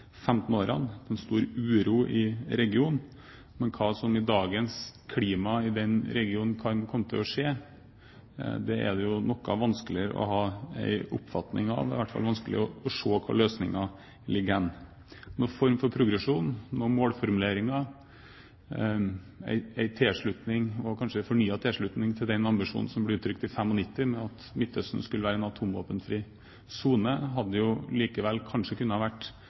15 årene. Det er stor uro i regionen, men hva som i dagens klima i den regionen kan komme til å skje, er det noe vanskeligere å ha en oppfatning av. Det er i hvert fall vanskelig å se hvor løsningene ligger hen. En form for progresjon, noen målformuleringer, en tilslutning, og kanskje en fornyet tilslutning, til den ambisjonen som ble uttrykt i 1995 om at Midtøsten skulle være en atomvåpenfri sone, hadde likevel kanskje kunne vært både viktig og positivt. Det hadde vært